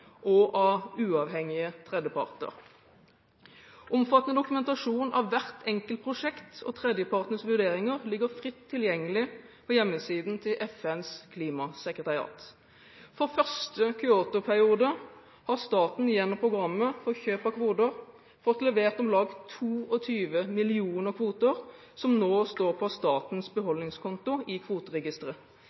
og av uavhengige tredjeparter. Omfattende dokumentasjon av hvert enkelt prosjekt og tredjepartenes vurderinger ligger fritt tilgengelig på hjemmesiden til FNs klimasekretariat. For første Kyoto-periode har staten gjennom programmet for kjøp av kvoter fått levert om lag 22 millioner kvoter som nå står på statens beholdningskonto i kvoteregisteret.